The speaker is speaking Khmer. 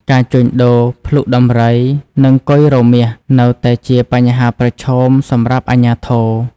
ការជួញដូរភ្លុកដំរី និងកុយរមាសនៅតែជាបញ្ហាប្រឈមសម្រាប់អាជ្ញាធរ។